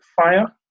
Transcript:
fire